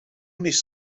nicht